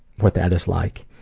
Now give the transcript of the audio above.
what that is like.